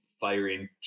firing